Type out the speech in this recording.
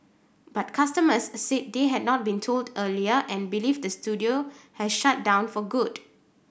but customers said they had not been told earlier and believe the studio has shut down for good